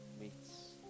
meets